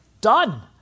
Done